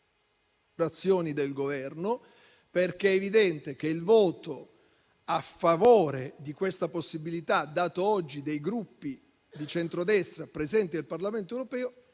ci bastano le sue parole. È evidente che il voto a favore di questa possibilità espresso oggi dai Gruppi di centrodestra presenti nel Parlamento europeo